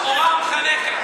גרמן, המורה המחנכת.